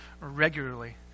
regularly